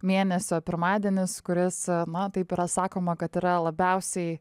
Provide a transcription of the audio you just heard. mėnesio pirmadienis kuris na taip yra sakoma kad yra labiausiai